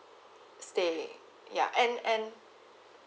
stay ya and and